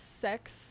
sex